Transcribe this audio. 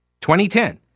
2010